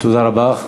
תודה רבה.